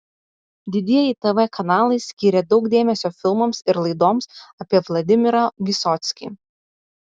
didieji tv kanalai skyrė daug dėmesio filmams ir laidoms apie vladimirą vysockį